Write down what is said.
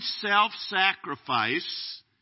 self-sacrifice